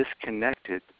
disconnected